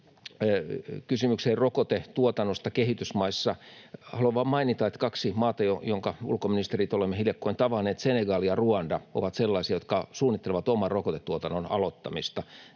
kysymykseen rokotetuotannosta kehitysmaissa: haluan vain mainita, että kaksi maata, joiden ulkoministerit olemme hiljakkoin tavanneet, Senegal ja Ruanda, ovat sellaisia, jotka suunnittelevat oman rokotetuotannon aloittamista